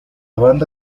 banda